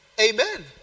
amen